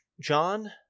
John